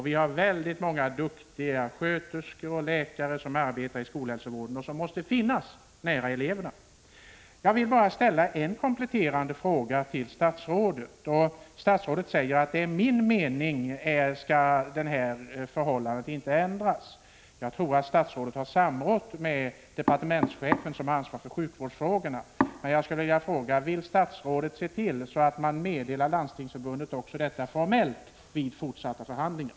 Vi har väldigt många duktiga sköterskor och läkare som arbetar inom skolhälsovården, och de måste finnas nära eleverna. Jag vill bara ställa en enda kompletterande fråga till statsrådet. Statsrådet säger att förhållandena enligt hans mening inte skall ändras, och jag tror att statsrådet har samrått med departementschefen, som har ansvaret för sjukvårdsfrågorna. Vill statsrådet se till att man även formellt meddelar detta till Landstingsförbundet vid fortsatta förhandlingar?